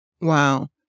Wow